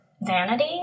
vanity